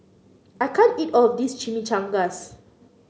I can't eat all of this Chimichangas